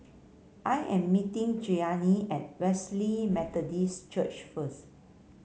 I am meeting Cheyanne at Wesley Methodist Church first